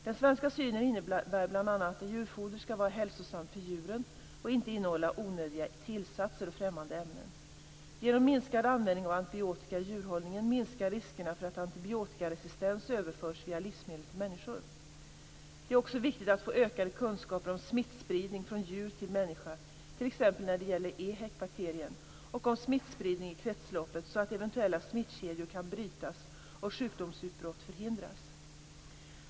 Den svenska synen innebär bl.a. att djurfodret skall vara hälsosamt för djuren och inte innehålla onödiga tillsatser och främmande ämnen. Genom minskad användning av antibiotika i djurhållningen minskar riskerna för att antibiotikaresistens överförs via livsmedel till människor. Det är också viktigt att få ökade kunskaper om smittspridning från djur till människa, t.ex. när det gäller EHEC-bakterien, och om smittspridning i kretsloppet så att eventuella smittkedjor kan brytas och sjukdomsutbrott förhindras.